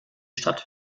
stadt